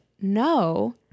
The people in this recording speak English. no